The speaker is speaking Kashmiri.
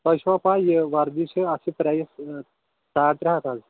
تۄہہِ چھَوا پَے یہِ وَردی چھِ اَتھ چھِ پرایِز یہِ ساڑ ترٛےٚ ہَتھ حظ